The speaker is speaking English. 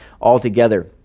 altogether